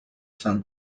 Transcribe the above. son